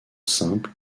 simple